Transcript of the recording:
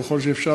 ככל שאפשר,